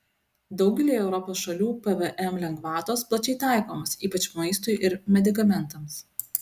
daugelyje europos šalių pvm lengvatos plačiai taikomos ypač maistui ir medikamentams